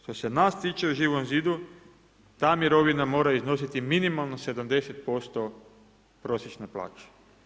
Što se nas tiče u Živom zidu, ta mirovna mora iznositi minimalno 70% prosječene plaće.